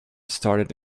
started